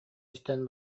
истэн